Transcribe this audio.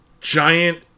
giant